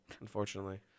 unfortunately